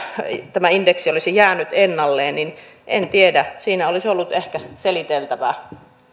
tämä indeksi olisi jäänyt ennalleen niin en tiedä siinä olisi ollut ehkä seliteltävää